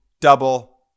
double